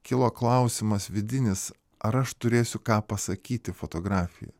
kilo klausimas vidinis ar aš turėsiu ką pasakyti fotografija